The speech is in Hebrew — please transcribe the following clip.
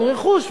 או רכוש,